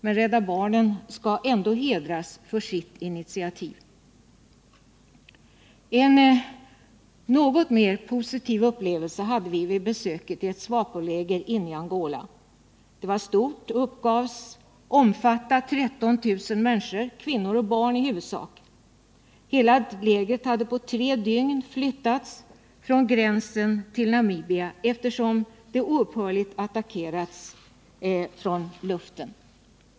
Men Rädda barnen skall ändå hedras för sitt initiativ. En något mer positiv upplevelse hade vi vid besöket i ett SWAPO-läger inne i Angola. Det var stort och uppgavs omfatta 13000 människor, i huvudsak kvinnor och barn. Hela lägret hade på tre dygn flyttats från gränsen till Namibia eftersom det oupphörligen attackerades från luften.